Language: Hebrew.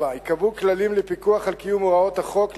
4. ייקבעו כללים לפיקוח על קיום הוראות החוק,